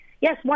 Yes